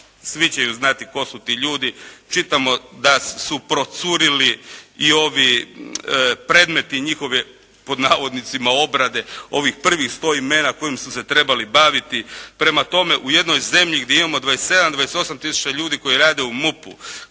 Svi će znati tko su ti ljudi. Čitamo da su procurili i ovi predmeti njihove pod navodnicima obrade ovih prvih 100 imena kojim su se trebali baviti. Prema tome, u jednoj zemlji gdje imamo 27, 28000 ljudi koji rade u MUP-u,